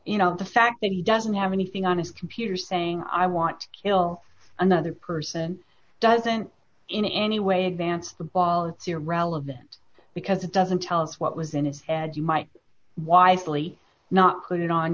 you know the fact that he doesn't have anything on his computer saying i want to kill another person doesn't in any way advance the ball it's irrelevant because it doesn't tell us what was in his head you might wisely not put it on